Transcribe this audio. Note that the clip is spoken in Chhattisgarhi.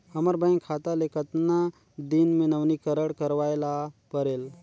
हमर बैंक खाता ले कतना दिन मे नवीनीकरण करवाय ला परेल?